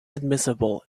admissible